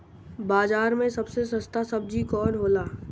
बाजार मे सबसे सस्ता सबजी कौन होला?